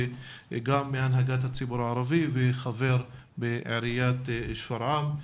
גם מהנהגת הציבור הערבי וחבר בעיריית שפרעם.